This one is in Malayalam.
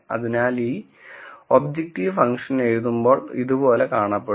അതിനാൽ ഈ ഒബ്ജക്റ്റീവ് ഫംഗ്ഷൻ എഴുതുമ്പോൾ ഇതുപോലെ കാണപ്പെടും